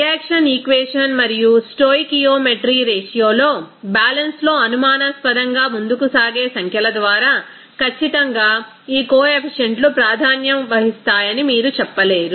reaction equation మరియు stoichiometry రేషియోలో balance లో అనుమానాస్పదంగా ముందుకు సాగే సంఖ్యల ద్వారా ఖచ్చితంగా ఈ కొ ఆఫీషియంట్లు ప్రాతినిధ్యం వహిస్తాయని మీరు చెప్పలేరు